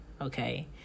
okay